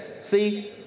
see